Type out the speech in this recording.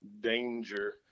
danger